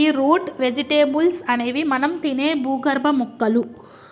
గీ root vegetables అనేవి మనం తినే భూగర్భ మొక్కలు